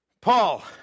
Paul